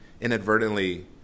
inadvertently